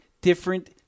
different